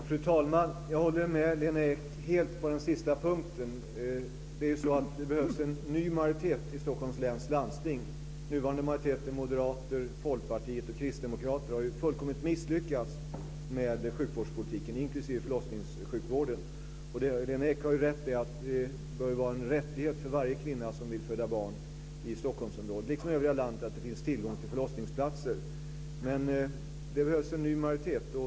Fru talman! Jag håller helt med Lena Ek på den sista punkten. Det behövs en ny majoritet i Stockholms läns landsting. Den nuvarande majoriteten med Moderaterna, Folkpartiet och Kristdemokraterna har ju fullkomligt misslyckats med sjukvårdspolitiken, inklusive förlossningssjukvården. Lena Ek har rätt i att det bör vara en rättighet för varje kvinna som vill föda barn i Stockholmsområdet liksom i övriga landet att det finns tillgång till förlossningsplatser. Det behövs en ny majoritet.